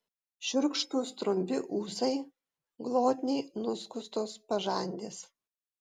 šiurkštūs trumpi ūsai glotniai nuskustos pažandės